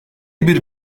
bir